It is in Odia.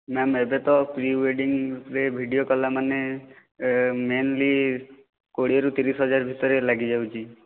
ମ୍ୟାମ୍ ଏବେ ତ ପ୍ରିୱେଡ଼ିଙ୍ଗ ଉପରେ ଭିଡ଼ିଓ କଲା ମାନେ ମେନଲି କୋଡ଼ିଏ ରୁ ତିରିଶହଜାର ଭିତରେ ଲାଗି ଯାଉଛି